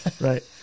Right